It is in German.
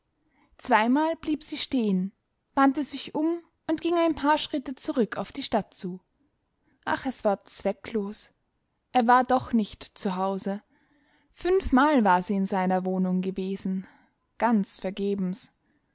zweimal blieb sie stehen wandte sich um und ging ein paar schritt zurück auf die stadt zu ach es war zwecklos er war doch nicht zu hause fünfmal war sie in seiner wohnung gewesen ganz vergebens